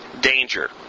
danger